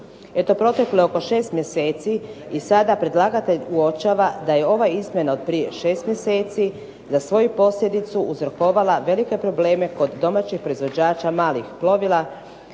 Eto proteklo je oko šest mjeseci i sada predlagatelj uočava da je ova izmjena od prije šest mjeseci za svoju posljedicu uzrokovala velike probleme kod domaćih proizvođača malih plovila